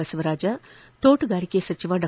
ಬಸವರಾಜ ತೋಟಗಾರಿಕೆ ಸಚಿವ ಡಾ